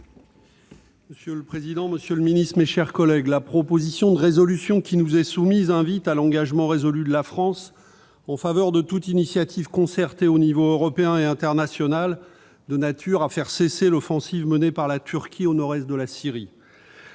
Monsieur le président, monsieur le secrétaire d'État, mes chers collègues, la proposition de résolution qui nous est soumise invite à l'engagement résolu de la France en faveur de toute initiative concertée au niveau européen et international de nature à faire cesser l'offensive menée par la Turquie au nord-est de la Syrie.